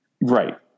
Right